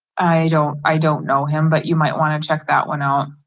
i don't i don't know him but you might wanna check that one out.